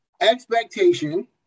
expectation